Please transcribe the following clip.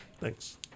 Thanks